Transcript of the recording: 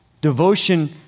Devotion